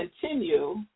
continue